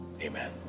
amen